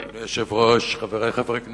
אדוני היושב-ראש, חברי חברי הכנסת,